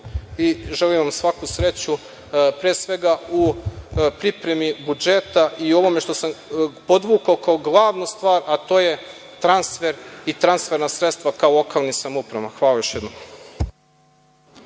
i želim vam svaku sreću, pre svega u pripremi budžeta i u ovome što sam podvukao kao glavnu stvar, a to su transfer i transferna sredstva ka lokalnim samoupravama. Hvala još jednom.